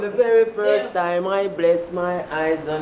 the very first time i place my eyes on